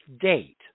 date